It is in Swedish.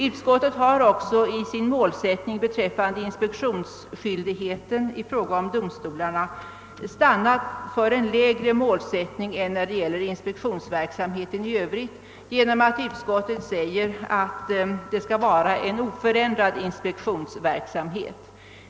Utskottet har också beträffande inspektionsskyldigheten i fråga om domstolarna stannat för en lägre målsättning än när det gäller inspektionsverksamheten i Övrigt. Utskottet föreslår, att inspektionsverksamheten skall vara oförändrad.